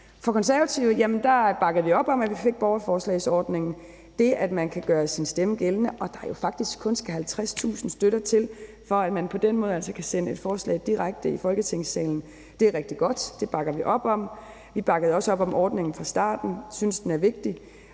let. Konservative bakker op om, at vi fik borgerforslagsordningen. Det, at man kan gøre sin stemme gældende, og at der jo faktisk kun skal 50.000 støtter til, for at man på den måde altså kan sende et forslag direkte i Folketingssalen, er rigtig godt, og det bakker vi op om. Vi bakkede også op om ordningen fra starten og synes, den er vigtig.